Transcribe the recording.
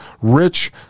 rich